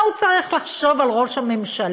מה הוא צריך לחשוב על ראש הממשלה?